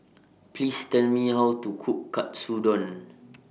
Please Tell Me How to Cook Katsudon